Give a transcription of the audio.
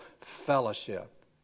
fellowship